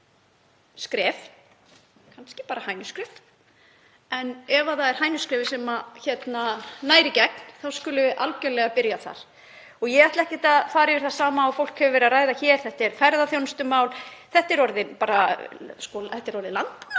nauðsynlegt skref, kannski bara hænuskref, en ef það er hænuskrefið sem nær í gegn þá skulum við algjörlega byrja þar. Ég ætla ekki að fara yfir það sama og fólk hefur verið að ræða hér. Þetta er ferðaþjónustumál, þetta er orðið landbúnaðarmál